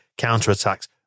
counterattacks